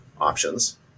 options